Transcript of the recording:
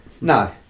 No